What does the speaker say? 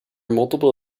multiple